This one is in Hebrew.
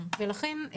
לכן,